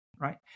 right